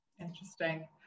interesting